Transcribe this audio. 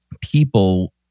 people